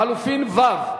לחלופין ה'.